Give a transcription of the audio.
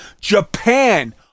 Japan